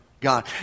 God